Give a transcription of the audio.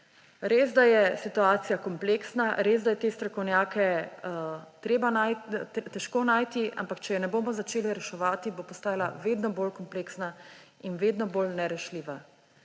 Resda je situacija kompleksna, resda je te strokovnjake težko najti, ampak če je ne bomo začeli reševati, bo postajala vedno bolj kompleksna in vedno bolj nerešljiva.